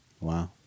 Wow